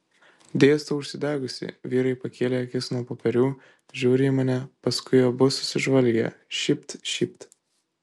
dėstau užsidegusi vyrai pakėlė akis nuo popierių žiūri į mane paskui abu susižvalgė šypt šypt